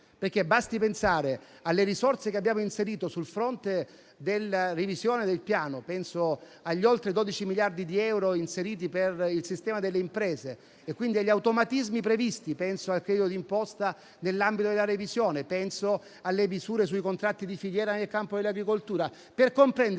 spesa. Basti pensare alle risorse che abbiamo previsto sul fronte della revisione del Piano - oltre 12 miliardi di euro inseriti per il sistema delle imprese - o agli automatismi previsti, cioè il credito d'imposta nell'ambito della revisione e le misure sui contratti di filiera nel campo dell'agricoltura. Quella